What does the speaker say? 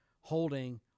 holding